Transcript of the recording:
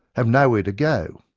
have nowhere to go